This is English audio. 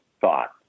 thought